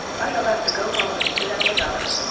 i shall have to go home and fit out another.